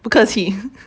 不客气